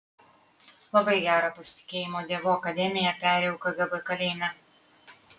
labai gerą pasitikėjimo dievu akademiją perėjau kgb kalėjime